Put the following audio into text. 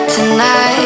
Tonight